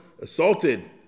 assaulted